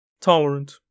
Tolerant